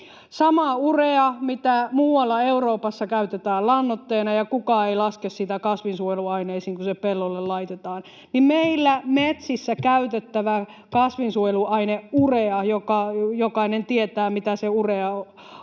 sama urea, mitä muualla Euroopassa käytetään lannoitteena, ja kukaan ei laske sitä kasvinsuojeluaineisiin, kun se pellolle laitetaan. Meillä metsissä käytettävä kasvinsuojeluaine, urea — jonka jokainen tietää, mitä se urea on,